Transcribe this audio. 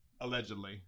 Allegedly